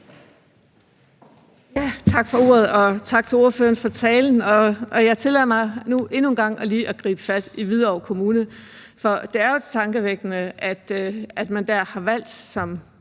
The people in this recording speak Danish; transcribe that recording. Tak for ordet, og tak til ordføreren for talen. Jeg tillader mig nu endnu en gang lige at gribe fat i Hvidovre Kommune, for det er jo tankevækkende, at man der som